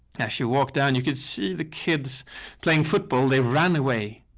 yeah. she walked and you could see the kids playing football. they ran away.